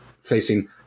facing